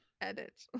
Edit